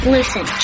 Listen